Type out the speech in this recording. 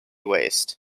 waste